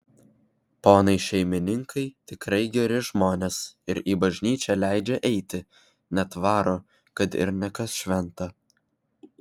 ponai šeimininkai tikrai geri žmonės ir į bažnyčią leidžia eiti net varo kad ir ne kas šventą